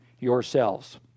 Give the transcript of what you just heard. yourselves